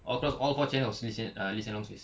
all across all four channels lee hsien loong face